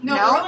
no